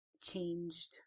changed